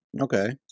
okay